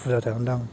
फुजा थागोन दां